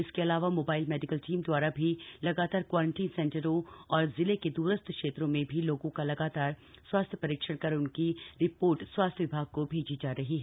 इसके अलावा mobile medical team द्वारा भी लगातार क्वारंटीन सेंटरों और जिले के दूरस्थ क्षेत्रों में भी लोगों का लगातार स्वास्थ्य परीक्षण कर उसकी रिपोर्ट स्वास्थ्य विभाग को भेजी जा रही है